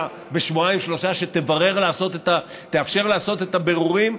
בשבועיים-שלושה שתאפשר לעשות את הבירורים?